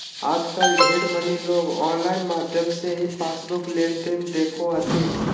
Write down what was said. आजकल ढेर मनी लोग आनलाइन माध्यम से ही पासबुक लेनदेन देखो हथिन